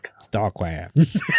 StarCraft